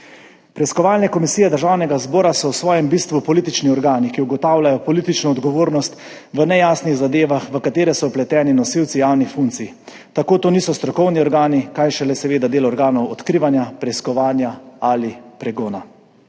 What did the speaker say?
Preiskovalne komisije Državnega zbora so v svojem bistvu politični organi, ki ugotavljajo politično odgovornost v nejasnih zadevah, v katere so vpleteni nosilci javnih funkcij. Tako to niso strokovni organi, kaj šele del organov odkrivanja, preiskovanja ali pregona,